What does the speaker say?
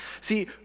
see